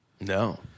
No